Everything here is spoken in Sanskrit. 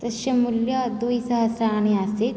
तस्य मुल्यं द्विसहस्राणि आसीत्